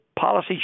policy